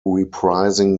reprising